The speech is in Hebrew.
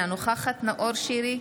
אינה נוכחת נאור שירי,